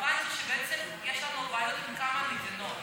הבנתי שבעצם יש לנו בעיות עם כמה מדינות,